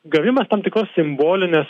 gavimas tam tikros simbolinės